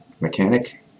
mechanic